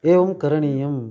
एवं करणीयम्